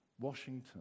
Washington